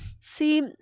see